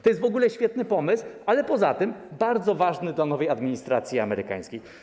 To jest w ogóle świetny pomysł, ale poza tym bardzo ważny dla nowej administracji amerykańskiej.